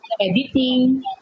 editing